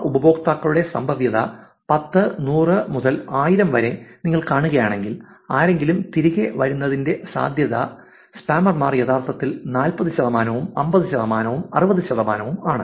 ആ ഉപയോക്താക്കളുടെ സംഭാവ്യത 10 100 മുതൽ 1000 വരെ നിങ്ങൾ കാണുകയാണെങ്കിൽ ആരെങ്കിലും തിരികെ വരുന്നതിന്റെ സാധ്യത സ്പാമർ യഥാർത്ഥത്തിൽ 40 ശതമാനവും 50 ശതമാനവും 60 ശതമാനവുമാണ്